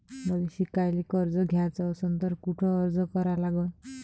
मले शिकायले कर्ज घ्याच असन तर कुठ अर्ज करा लागन?